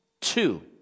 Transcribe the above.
Two